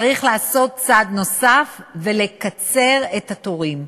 צריך לעשות צעד נוסף ולקצר את התורים,